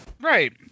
Right